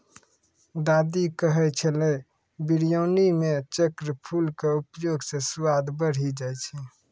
दादी कहै छेलै बिरयानी मॅ चक्रफूल के उपयोग स स्वाद बढ़ी जाय छै